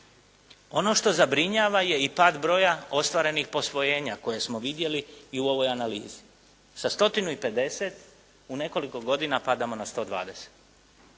Ono što zabrinjava je i pad broja ostvarenih posvojenja koja smo vidjeli i u ovoj analizi. Sa 150 u nekoliko godina padamo na 120.